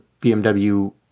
BMW